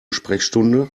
sprechstunde